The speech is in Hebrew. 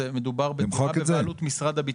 מדובר בדירה בבעלות משרד הביטחון.